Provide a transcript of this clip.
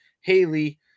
Haley